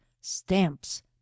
stamps